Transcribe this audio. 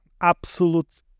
absolute